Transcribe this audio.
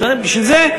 בשביל זה,